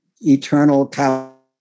eternal